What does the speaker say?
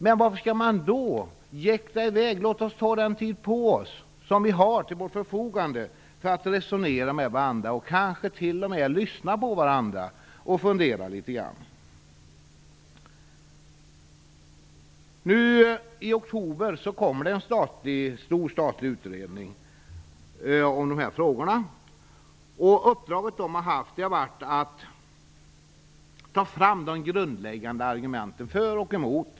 Men varför skall man då jäkta i väg? Låt oss ta den tid på oss som vi har till vårt förfogande för att resonera med varandra, kanske t.o.m. lyssna på varandra och fundera litet grand. I oktober kommer det en stor statlig utredning om dessa frågor. Utredningen har haft i uppdrag att ta fram de grundläggande argumenten för och emot.